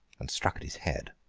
and struck at his head.